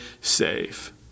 safe